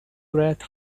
wreath